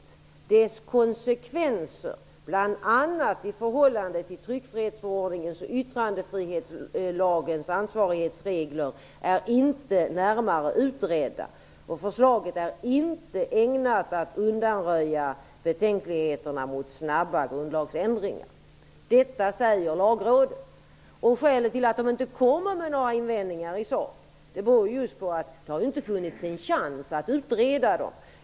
Det står vidare: ''Dess konsekvenser, bland annat i förhållande till tryckfrihetsförordningens och yttrandefrihetslagens ansvarighetsregler, är inte närmare utredda, och förslaget är inte ägnat att undanröja de betänkligheter mot snabba grundlagsändringar --.'' Detta säger Lagrådet. Skälet till att man inte kommer med några invändningar i sak är just att det inte har funnits en chans att utreda förslaget.